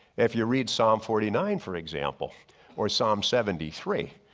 if you read psalm forty nine for example or psalm seventy three,